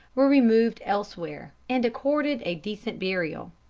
were removed elsewhere, and accorded a decent burial.